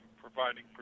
providing